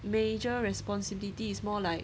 major responsibility is more like